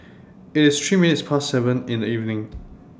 IT IS three minutes Past seven in The evening